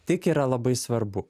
tik yra labai svarbu